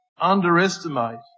underestimate